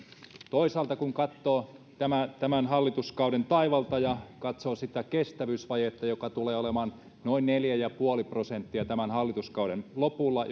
toisaalta kun katsoo tämän tämän hallituskauden taivalta ja katsoo sitä kestävyysvajetta joka tulee olemaan noin neljä pilkku viisi prosenttia tämän hallituskauden lopulla